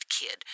kid